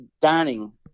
dining